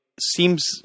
seems